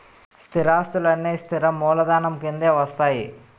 స్థిరాస్తులన్నీ స్థిర మూలధనం కిందే వస్తాయి